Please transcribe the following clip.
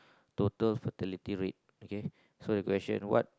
total fatality rate okay so the question what